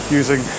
using